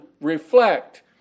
reflect